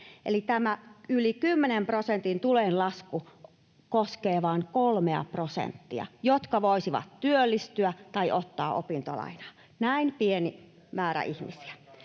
Eli tämä yli 10 prosentin tulojen lasku koskee vain 3:a prosenttia, jotka voisivat työllistyä tai ottaa opintolainaa — näin pieni määrä ihmisiä.